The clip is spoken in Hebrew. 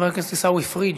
חבר הכנסת עיסאווי פריג'